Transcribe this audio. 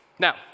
Now